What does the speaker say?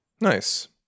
Nice